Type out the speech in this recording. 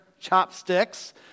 chopsticks